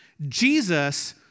Jesus